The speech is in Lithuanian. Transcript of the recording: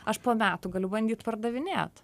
aš po metų galiu bandyt pardavinėt